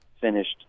finished